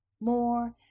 More